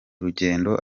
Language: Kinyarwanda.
rugendo